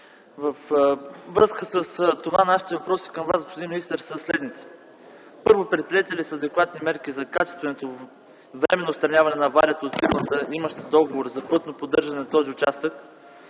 Във връзка с това нашите въпроси към Вас, господин министър, са следните: – Предприети ли са адекватни мерки за качественото временно отстраняване на аварията от фирмата, имаща договор за пътно поддържане на този участък?